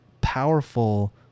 powerful